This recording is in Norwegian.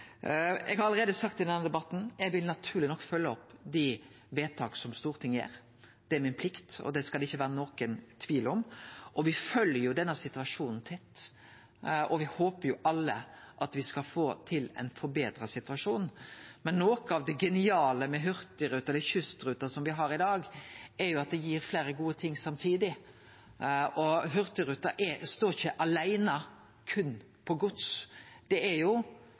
Eg har allereie sagt i denne debatten at eg naturleg nok vil følgje opp dei vedtaka som Stortinget gjer. Det er mi plikt, og det skal det ikkje vere nokon tvil om. Me følgjer denne situasjonen tett, og me håper alle at me skal få til ein forbetra situasjon. Men noko av det geniale med Hurtigruten eller kystruta, som me har i dag, er at det gir fleire gode ting samtidig. Hurtigruten står ikkje aleine, berre på gods. Det er